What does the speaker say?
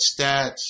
stats